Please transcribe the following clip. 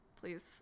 Please